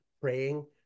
praying